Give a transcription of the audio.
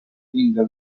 vinga